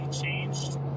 changed